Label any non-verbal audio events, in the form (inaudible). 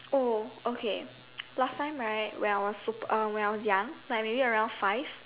oh okay (noise) last time right when I was sup~ uh when I was young like maybe around five